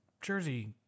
Jersey